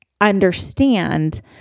understand